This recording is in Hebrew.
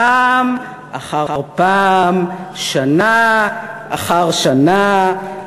פעם אחר פעם, שנה אחר שנה.